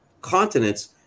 continents